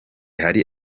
hari